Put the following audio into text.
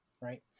right